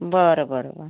बरं बरं बरं